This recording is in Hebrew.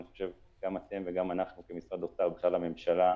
גם אתם וגם אנחנו כמשרד האוצר ובכלל הממשלה,